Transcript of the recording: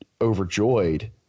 overjoyed